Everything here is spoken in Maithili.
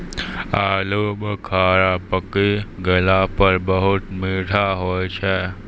आलू बुखारा पकी गेला पर बहुत मीठा होय छै